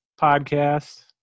podcast